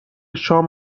شام